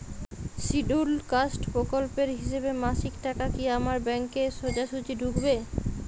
Scheduled caste প্রকল্পের হিসেবে মাসিক টাকা কি আমার ব্যাংকে সোজাসুজি ঢুকবে?